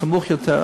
סמוך יותר.